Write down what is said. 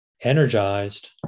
energized